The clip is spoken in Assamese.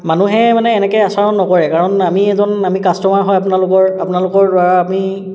মানুহে মানে এনেকৈ আচৰণ নকৰে কাৰণ আমি এজন আমি কাষ্টমাৰ হয় আপোনালোকৰ আপোনালোকৰ দ্বাৰা আমি